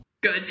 good